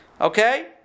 Okay